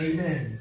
Amen